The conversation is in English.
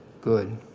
good